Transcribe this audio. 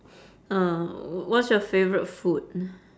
uh wha~ what's your favourite food